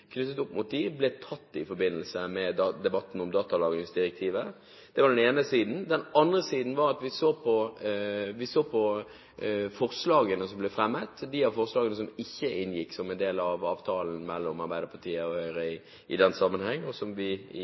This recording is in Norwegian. knyttet til det, ble tatt i forbindelse med debatten om datalagringsdirektivet. Det andre var at vi så på de av forslagene som ble fremmet – som ikke inngikk som en del av avtalen mellom Arbeiderpartiet og Høyre, som vi